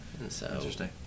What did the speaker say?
Interesting